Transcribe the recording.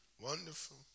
Wonderful